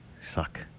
suck